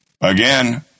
Again